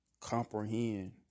comprehend